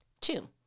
two